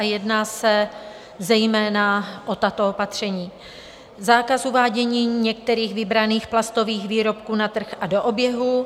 Jedná se zejména o tato opatření: Zákaz uvádění některých vybraných plastových výrobků na trh a do oběhu.